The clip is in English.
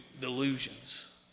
delusions